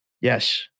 Yes